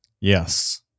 Yes